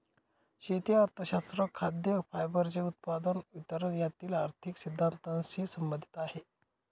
शेती अर्थशास्त्र खाद्य, फायबरचे उत्पादन, वितरण यातील आर्थिक सिद्धांतानशी संबंधित आहे